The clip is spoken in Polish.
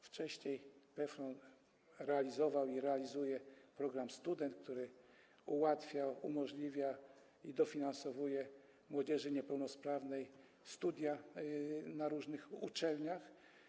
Wcześniej PFRON realizował - i realizuje - program „Student”, który ułatwia, umożliwia i dofinansowuje młodzieży niepełnosprawnej studia na różnych uczelniach.